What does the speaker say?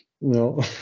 No